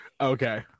Okay